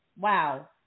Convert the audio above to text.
Wow